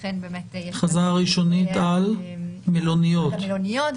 ההכרזה הראשונית על מלוניות כן.